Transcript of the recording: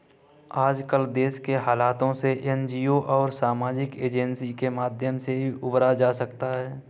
आजकल देश के हालातों से एनजीओ और सामाजिक एजेंसी के माध्यम से ही उबरा जा सकता है